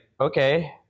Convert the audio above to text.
Okay